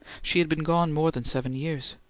she had been gone more than seven years.